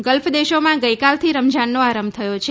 gulf દેશોમાં ગઈકાલથી રમઝાનનો આરંભ થયો છે